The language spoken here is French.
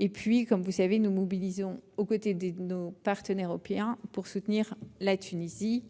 De plus, nous nous mobilisions auprès de nos partenaires européens pour soutenir la Tunisie